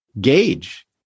gauge